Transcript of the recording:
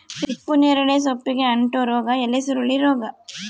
ಹಿಪ್ಪುನೇರಳೆ ಸೊಪ್ಪಿಗೆ ಅಂಟೋ ರೋಗ ಎಲೆಸುರುಳಿ ರೋಗ